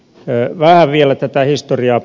vähän vielä tätä historiaa